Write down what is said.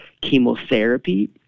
chemotherapy